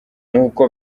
nk’uko